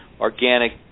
organic